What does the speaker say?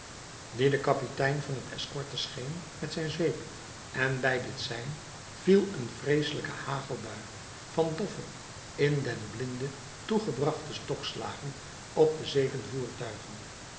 de kapitein van het escorte scheen met zijn zweep en bij dit sein viel een vreeselijke hagelbui van doffe in den blinde toegebrachte stokslagen op de zeven voertuigen